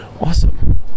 Awesome